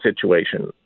situation